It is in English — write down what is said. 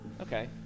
Okay